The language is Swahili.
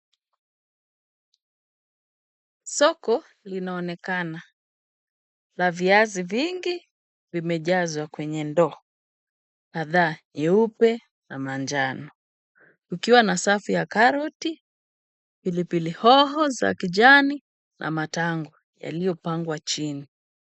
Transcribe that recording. Soko linaonekana la viazi vingi zimejazwa kwenye ndoo kadhaa nyeupe na manjano, kukiwa na safu ya karoti, pilipili hoho za kijani na matangwe yaliyopangwa chini.